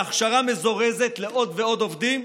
להכשרה מזורזת לעוד ועוד עובדים?